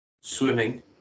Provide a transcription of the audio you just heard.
swimming